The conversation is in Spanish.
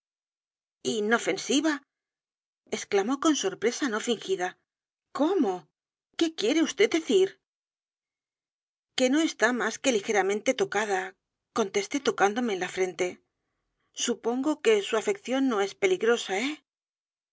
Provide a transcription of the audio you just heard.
inofensiva exclamó con sorpresa no fingida cómo qué quiere vd decir que no está más que ligeramente tocada contesté tocándome en la frente supongo que su afección no es peligrosa eh